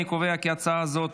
אני קובע כי ההצעה הזאת